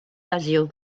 lazio